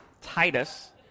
Titus